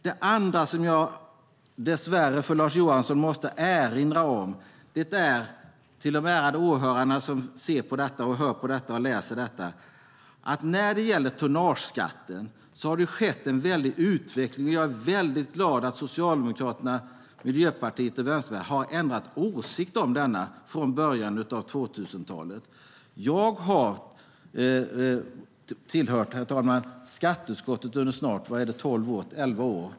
Det andra är att jag måste erinra Lars Johansson samt de ärade åhörarna och protokollsläsarna om att det har skett en väldig utveckling när det gäller tonnageskatten. Jag är mycket glad över att Socialdemokraterna, Miljöpartiet och Vänsterpartiet har ändrat åsikt i denna fråga sedan början av 2000-talet. Jag har tillhört skatteutskottet under snart elva år, herr talman.